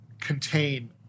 contain